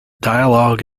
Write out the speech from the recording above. dialogue